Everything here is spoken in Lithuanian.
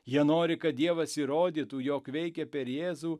jie nori kad dievas įrodytų jog veikia per jėzų